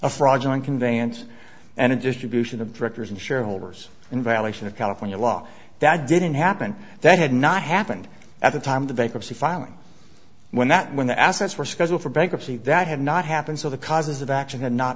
a fraudulent conveyance and a distribution of directors and shareholders in violation of california law that didn't happen that had not happened at the time of the bankruptcy filing when that when the assets were scheduled for bankruptcy that had not happened so the causes of action had not